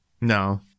No